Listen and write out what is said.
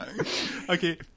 Okay